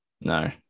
No